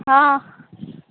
हँ